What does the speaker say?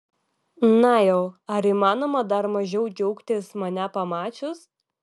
na jau ar įmanoma dar mažiau džiaugtis mane pamačius